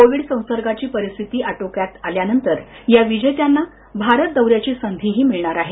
Covid संसर्गाची परिस्थिती आटोक्यात आल्यावर या विजेत्यांना भारत दौऱ्याची संधी मिळणार आहे